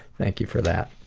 thank you for that.